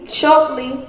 shortly